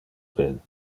ben